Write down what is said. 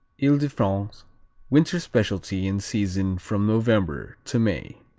ile-de-france winter specialty in season from november to may.